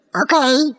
okay